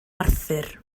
arthur